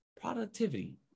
Productivity